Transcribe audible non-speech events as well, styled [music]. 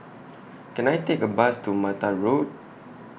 [noise] Can I Take A Bus to Mattar Road